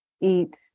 eat